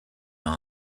our